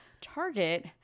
Target